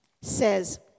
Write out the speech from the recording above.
says